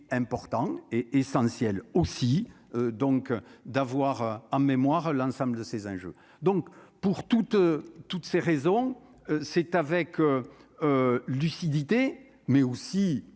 important et essentiel aussi donc d'avoir un mémoire l'ensemble de ces enjeux, donc pour toutes, toutes ces raisons, c'est avec lucidité, mais aussi